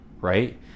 right